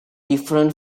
different